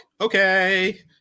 Okay